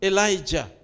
Elijah